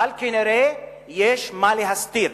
אבל כנראה יש פה מה להסתיר.